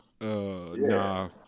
Nah